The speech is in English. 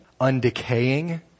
undecaying